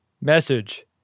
message